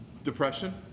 Depression